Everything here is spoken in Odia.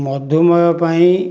ମଧୁମେହ ପାଇଁ